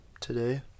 today